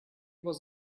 was